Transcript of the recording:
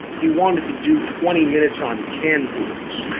he wanted to do twenty minutes on canned goods.